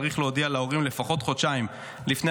צריך להודיע להורים לפחות חודשיים לפני